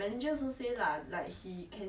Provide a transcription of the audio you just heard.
save money